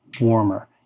warmer